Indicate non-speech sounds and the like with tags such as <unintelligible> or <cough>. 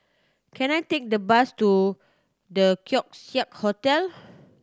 can I take the bus to The <unintelligible> Hotel